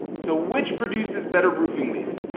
so which produces better roofing leads?